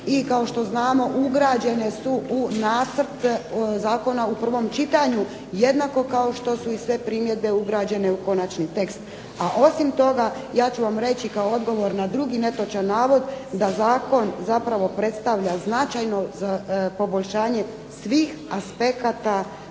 i kao što znamo ugrađene su u nacrt zakona u prvom čitanju jednako kao što su i sve primjedbe ugrađene u konačni tekst. A osim toga, ja ću vam reći kao odgovor na drugi netočan navod da zakon zapravo predstavlja značajno poboljšanje svih aspekata u